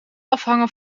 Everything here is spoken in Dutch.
afhangen